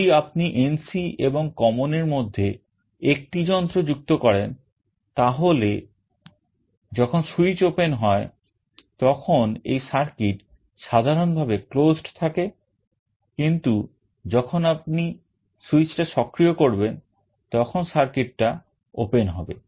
যদি আপনি NC এবং common এর মধ্যে একটি যন্ত্র যুক্ত করেন তাহলে যখন switch open হয় তখন এই circuit সাধারণ ভাবে closed থাকে কিন্তু যখন আপনি switchটা সক্রিয় করবেন তখন circuit টা open হবে